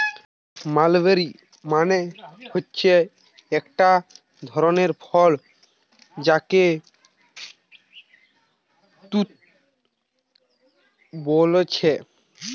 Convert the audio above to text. mulberry মানে হচ্ছে একটা ধরণের ফল যাকে তুত বোলছে